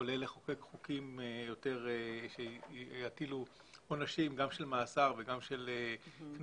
כולל לחוקק חוקים שיטילו עונשים גם של מאסר וגם של קנסות